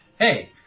hey